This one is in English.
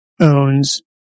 owns